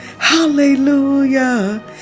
Hallelujah